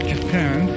Japan